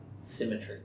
symmetry